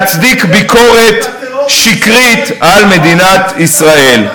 להצדיק ביקורת שקרית על מדינת ישראל.